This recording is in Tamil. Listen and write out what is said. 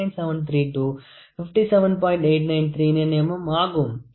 8939 mm ஆகும்